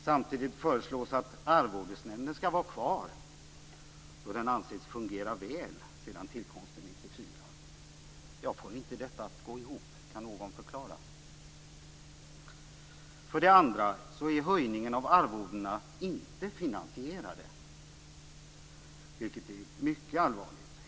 Samtidigt föreslås att Arvodesnämnden skall vara kvar då den anses fungera väl sedan tillkomsten 1994. Jag får inte detta att gå ihop. Kan någon förklara? För det andra är höjningen av arvodena inte finansierad, vilket är mycket allvarligt.